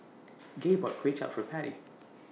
Gay bought Kuay Chap For Patty